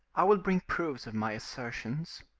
i will bring proofs of my assertions.